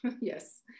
yes